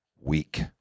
week